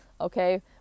Okay